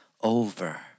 over